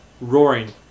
roaring